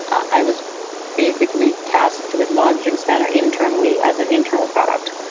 i was basically tasked to launching spanner internally as an internal product.